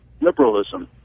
liberalism